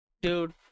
Dude